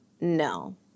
No